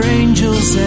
angels